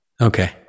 Okay